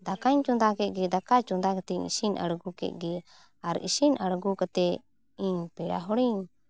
ᱫᱟᱠᱟᱧ ᱪᱚᱸᱫᱟ ᱠᱮᱫ ᱜᱮ ᱫᱟᱠᱟ ᱪᱚᱸᱫᱟ ᱠᱟᱛᱮᱫ ᱤᱥᱤᱱ ᱟᱬᱜᱚ ᱠᱮᱫ ᱜᱮ ᱟᱨ ᱤᱥᱤᱱ ᱟᱬᱜᱚ ᱠᱟᱛᱮᱫ ᱤᱧ ᱯᱮᱲᱟ ᱦᱚᱲᱤᱧ